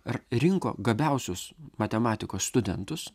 ir rinko gabiausius matematikos studentus